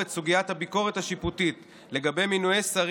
חוק-יסוד: